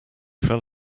fell